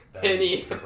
Penny